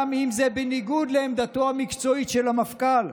גם אם זה בניגוד לעמדתו המקצועית של המפכ"ל,